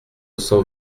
cents